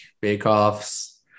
bake-offs